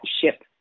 ship